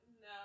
No